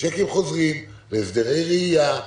לצ'קים חוזרים, להסדרי ראייה,